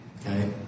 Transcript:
okay